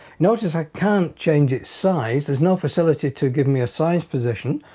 notice i can't change its size there's no facility to give me a size position.